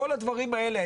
כל הדברים האלה,